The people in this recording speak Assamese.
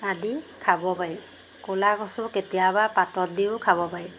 আদি খাব পাৰি ক'লা কচু কেতিয়াবা পাতত দিও খাব পাৰি